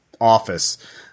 office